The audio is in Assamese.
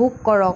বুক কৰক